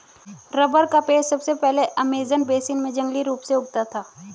rubber का पेड़ सबसे पहले अमेज़न बेसिन में जंगली रूप से उगता था